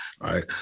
Right